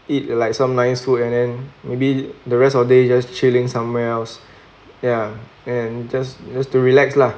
eat like some nice food and then maybe the rest of the day just chilling somewhere else ya and just just to relax lah